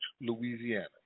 Louisiana